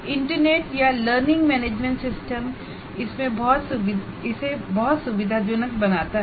internet या learning management system इसे बहुत सुविधाजनक बनाता है